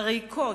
הריקות,